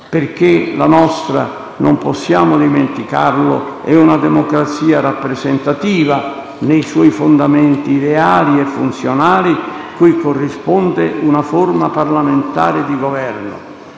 perché la nostra, non possiamo dimenticarlo, è una democrazia rappresentativa nei suoi fondamenti ideali e funzionali, cui corrisponde una forma parlamentare di Governo.